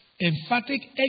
emphatic